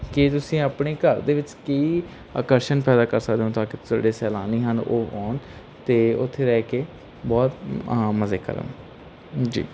ਕੀ ਤੁਸੀਂ ਆਪਣੇ ਘਰ ਦੇ ਵਿੱਚ ਕੀ ਆਕਰਸ਼ਣ ਪੈਦਾ ਕਰ ਸਕਦੇ ਹੋ ਤਾਂ ਕੇ ਸਾਡੇ ਸੈਲਾਨੀ ਹਨ ਉਹ ਆਉਣ ਅਤੇ ਉੱਥੇ ਰਹਿ ਕੇ ਬਹੁਤ ਮਜ਼ੇ ਕਰਨ ਜੀ